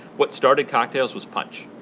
what started cocktails was punch.